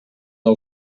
nou